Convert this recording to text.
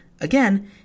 again